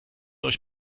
euch